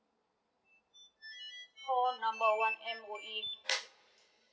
call number one M_O_E